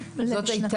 לא, לא, בשנתיים.